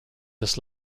this